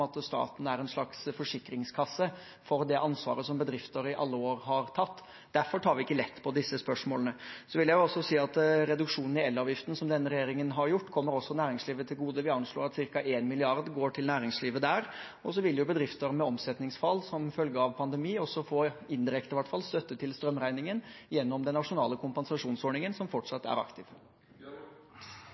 at staten er en slags forsikringskasse for det ansvaret som bedrifter i alle år har tatt. Derfor tar vi ikke lett på disse spørsmålene. Jeg vil også jeg si at reduksjonen i elavgiften som denne regjeringen har gjort, kommer også næringslivet til gode. Vi anslår at ca. 1 mrd. kr går til næringslivet der. Og så vil bedrifter med omsetningsfall som følge av pandemi, også få – indirekte i hvert fall – støtte til strømregningen gjennom den nasjonale kompensasjonsordningen, som fortsatt er aktiv.